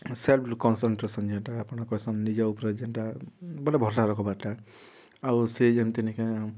self concentration ଯେନ୍ଟା ଆପଣ୍ କହେସନ୍ ନିଜର୍ ଉପ୍ରେ ଯେନ୍ଟା ବେଲେ ଭର୍ସା ରଖବାର୍ଟା ଆଉ ସେ ଯେନ୍ତି ନାଇ କାଏଁ